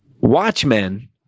Watchmen